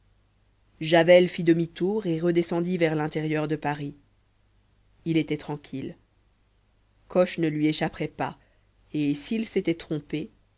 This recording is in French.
javel fit demi-tour et redescendit vers l'intérieur de paris il était tranquille coche ne lui échapperait pas et s'il s'était trompé